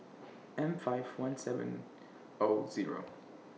M five one seven O Zero